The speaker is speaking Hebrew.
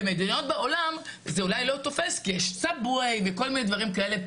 במדינות בעולם זה אולי לא תופס כי יש רכבת תחתית וכל מיני דברים כאלה,